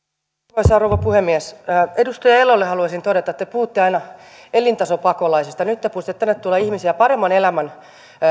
arvoisa rouva puhemies edustaja elolle haluaisin todeta te puhutte aina elintasopakolaisista nyt te puhutte että tänne tulee ihmisiä paremman elämän